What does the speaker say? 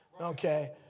okay